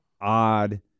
odd